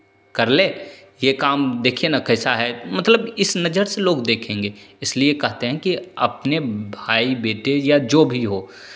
कर लें ये काम देखिए ना कैसा है मतलब इस नज़र से लोग देखेंगे इसलिए कहते हैं कि अपने भाई बेटे या जो भी हो